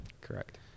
Correct